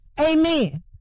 Amen